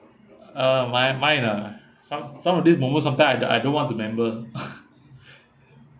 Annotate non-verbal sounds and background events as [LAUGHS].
uh my mind ah some some of these moments sometimes I d~ I don't want to remember [LAUGHS] [BREATH]